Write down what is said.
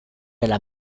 della